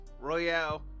Royale